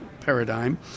paradigm